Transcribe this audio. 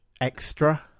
Extra